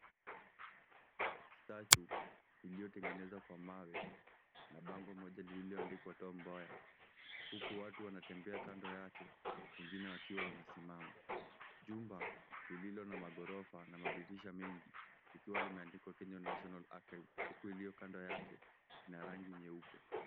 Statue iliyotengenezwa kwa mawe na bango moja lililoandikwa Tom Mboya huku watu wanatembea kando yake wengine wakiwa wamesimama. Jumba lililo na maghorofa na madirisha mengi likiwa limeandikwa Kenya National Archives huku ilio kando yake lina rangi nyeupe.